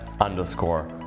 underscore